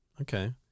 Okay